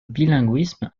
bilinguisme